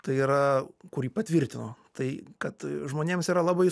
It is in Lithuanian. tai yra kurį patvirtino tai kad žmonėms yra labai